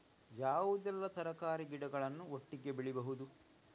ಯಾವುದೆಲ್ಲ ತರಕಾರಿ ಗಿಡಗಳನ್ನು ಒಟ್ಟಿಗೆ ಬೆಳಿಬಹುದು?